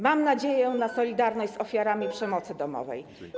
Mam nadzieję na solidarność z ofiarami przemocy domowej.